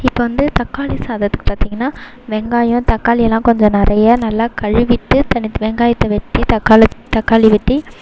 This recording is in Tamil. இப்போ வந்து தக்காளி சாதத்துக்கு பார்த்திங்கனா வெங்காயம் தக்காளி எல்லாம் கொஞ்சம் நிறையா நல்லா கழுவிவிட்டு தனித் வெங்காயத்தை வெட்டி தக்கா தக்காளி வெட்டி